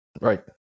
Right